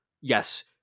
yes